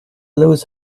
lose